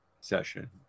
session